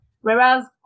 Whereas